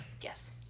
Yes